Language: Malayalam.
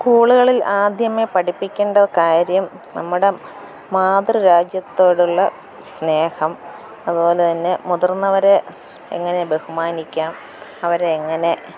സ്കൂളുകളിൽ ആദ്യമേ പഠിപ്പിക്കേണ്ട കാര്യം നമ്മുടെ മാതൃരാജ്യത്തോടുള്ള സ്നേഹം അതുപോലെത്തന്നെ മുതിർന്നവരെ എങ്ങനെ ബഹുമാനിക്കാം അവരെ എങ്ങനെ